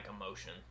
emotion